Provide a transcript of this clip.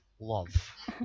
love